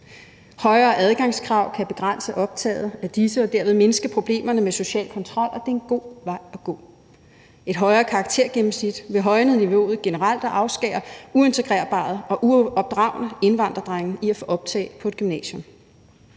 Højere adgangskrav kan begrænse optaget af disse og derved mindske problemerne med social kontrol, og det er en god vej at gå. Et højere karaktergennemsnit vil højne niveauet generelt og afskære uintegrerbare og uopdragne indvandrerdrenge fra at blive optaget på et gymnasium.